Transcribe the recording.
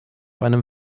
einem